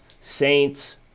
Saints